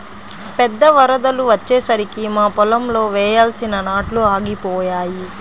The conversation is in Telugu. పెద్ద వరదలు వచ్చేసరికి మా పొలంలో వేయాల్సిన నాట్లు ఆగిపోయాయి